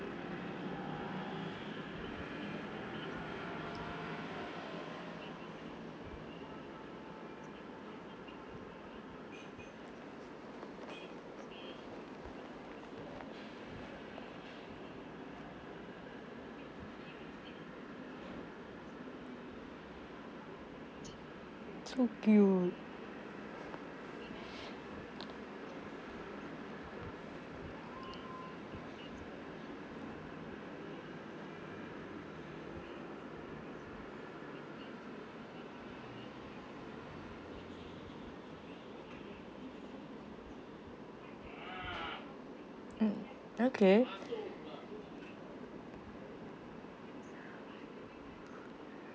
so cute mm okay